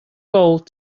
gold